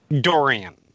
Dorian